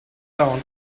down